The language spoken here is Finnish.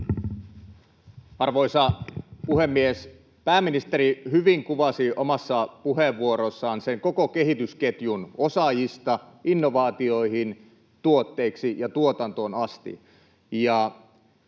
Arvoisa puhemies! Pääministeri hyvin kuvasi omassa puheenvuorossaan sen koko kehitysketjun osaajista innovaatioihin, tuotteiksi ja tuotantoon asti.